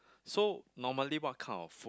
so normally what kind of food